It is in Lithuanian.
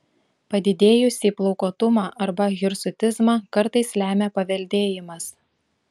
padidėjusį plaukuotumą arba hirsutizmą kartais lemia paveldėjimas